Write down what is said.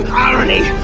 irony.